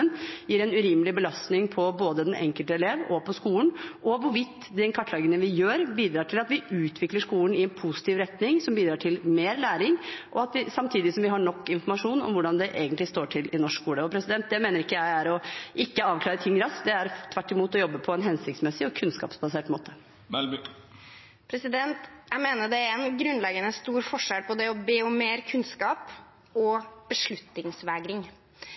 gir en urimelig belastning både på den enkelte elev og på skolen, og hvorvidt den kartleggingen vi gjør, bidrar til at vi utvikler skolen i en positiv retning som bidrar til mer læring, samtidig som vi har nok informasjon om hvordan det egentlig står til i norsk skole. Det mener ikke jeg er å ikke avklare ting raskt. Det er tvert imot å jobbe på en hensiktsmessig og kunnskapsbasert måte. Guri Melby – til oppfølgingsspørsmål. Jeg mener det er en grunnleggende stor forskjell på det å be om mer kunnskap og beslutningsvegring.